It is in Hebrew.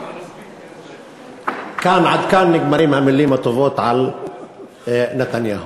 כאן נגמרות המילים הטובות על נתניהו.